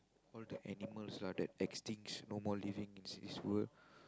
all the animals lah that extinct no more living in this world